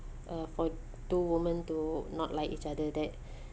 uh for two women to not like each other that